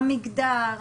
המגדר,